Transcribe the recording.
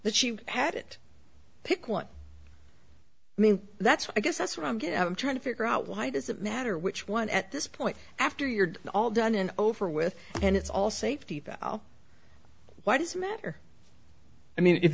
that she had it pick one i mean that's i guess that's what i'm getting trying to figure out why does it matter which one at this point after you're all done and over with and it's all safety why does it matter i mean if